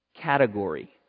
Category